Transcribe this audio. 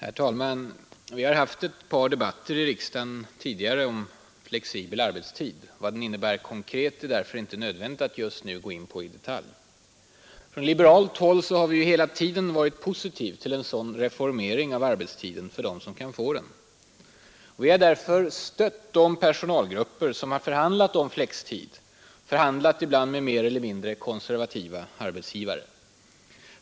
Herr talman! Vi har haft ett par debatter i riksdagen tidigare om flexibel arbetstid. Vad den innebär konkret är det därför inte nödvändigt att just nu gå in på i detalj. Från liberalt håll har vi hela tiden varit positiva till en sådan reformering av arbetstiden för dem som kan få den. Vi har därför gett vårt stöd till de personalgrupper som förhandlat om flextid med mer eller mindre konservativa arbetsgivare.